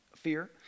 Fear